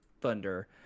Thunder